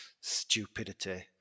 stupidity